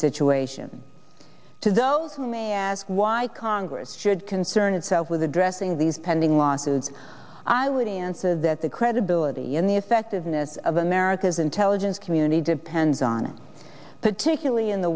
situation to those who may ask why i conquered should concern itself with addressing these pending lawsuits i would answer that the credibility in the effectiveness of america's intelligence community depends on it particularly in the